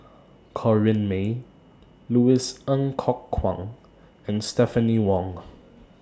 Corrinne May Louis Ng Kok Kwang and Stephanie Wong